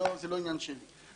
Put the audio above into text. זה לא עניין שלי,